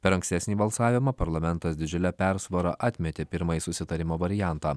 per ankstesnį balsavimą parlamentas didžiulę persvarą atmetė pirmąjį susitarimo variantą